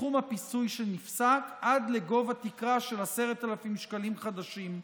סכום הפיצוי שנפסק עד לתקרה של 10,000 שקלים חדשים.